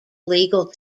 legal